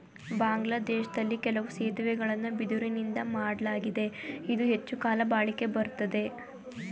ಬಾಂಗ್ಲಾದೇಶ್ದಲ್ಲಿ ಕೆಲವು ಸೇತುವೆಗಳನ್ನ ಬಿದಿರುನಿಂದಾ ಮಾಡ್ಲಾಗಿದೆ ಇದು ಹೆಚ್ಚುಕಾಲ ಬಾಳಿಕೆ ಬರ್ತದೆ